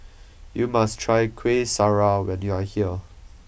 you must try Kuih Syara when you are here